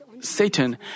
Satan